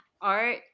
art